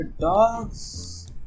Dogs